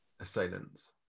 assailants